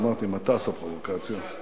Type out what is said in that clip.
אמרתי מטס הפרובוקציה.